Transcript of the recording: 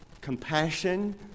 compassion